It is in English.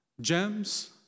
Gems